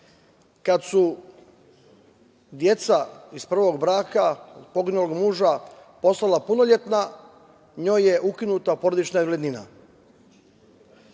Kada su deca iz prvog braka poginulog muža postala punoletna, njoj je ukinuta porodična invalidnina. Ja